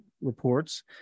reports